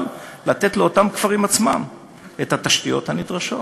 אבל לתת לאותם כפרים עצמם את התשתיות הנדרשות.